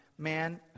man